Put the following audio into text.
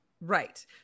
Right